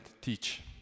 teach